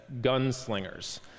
gunslingers